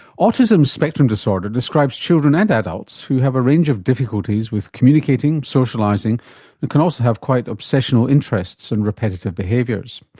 autism spectrum disorder describes children and adults who have a range of difficulties with communicating, socialising and can also have quite obsessional interests and repetitive behaviours.